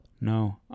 no